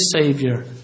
Savior